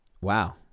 wow